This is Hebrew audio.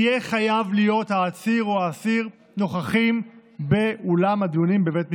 יהיה העציר או האסיר חייב להיות נוכח באולם הדיונים בבית משפט.